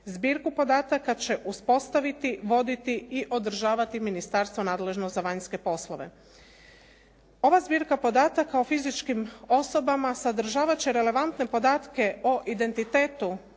Zbirku podataka će uspostaviti, voditi i održavati ministarstvo nadležno za vanjske poslove. Ova zbirka podataka o fizičkim osobama sadržavat će relevantne podatke o identitetu